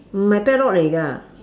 m hai padlock lei ge